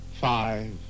Five